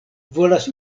volas